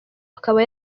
akaba